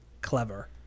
clever